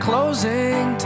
Closing